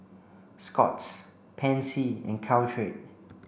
Scott's Pansy and Caltrate